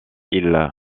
ils